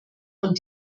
und